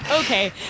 okay